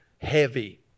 heavy